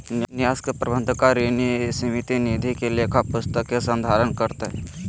न्यास के प्रबंधकारिणी समिति निधि के लेखा पुस्तिक के संधारण करतय